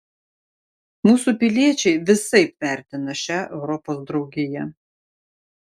mūsų piliečiai visaip vertina šią europos draugiją